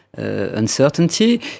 uncertainty